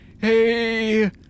hey